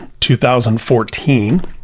2014